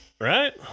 right